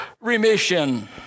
remission